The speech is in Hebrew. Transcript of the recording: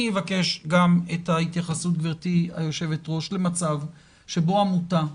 אני אבקש את ההתייחסות למצב בו עמותה ממשלתית,